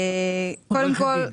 קודם כל,